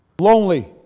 Lonely